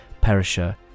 Perisher